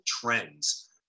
trends